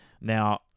Now